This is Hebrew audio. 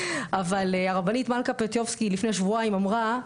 אבל הרבנית מלכה פיוטרקובסקי לפני שבועיים אמרה,